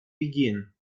begin